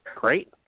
Great